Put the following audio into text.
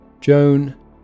Joan